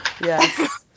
Yes